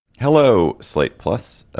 hello. slate plus,